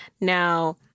Now